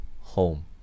home